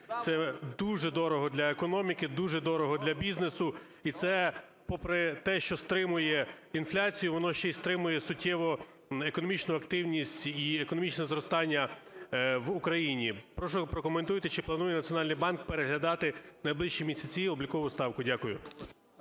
це дуже дорого для економіки, дуже дорого для бізнесу, і це, попри те, що стримує інфляцію, воно ще й стримує суттєво економічну активність і економічне зростання в Україні. Прошу, прокоментуйте, чи планує Національний банк переглядати в найближчі місяці облікову ставку. Дякую.